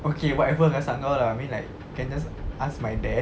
okay whatever gasak kau lah I mean like can just ask my dad